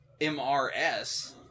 MRS